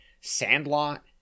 Sandlot